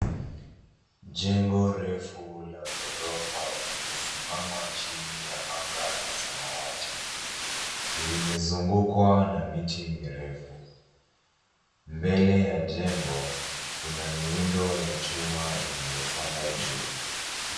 Jengo refu la ghorofa limesimama chini ya anga la samawati . Limezungukwa na miti mirefu. Mbele ya jengo kuna miundo ya chuma inayopanda juu.